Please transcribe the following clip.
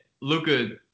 Luka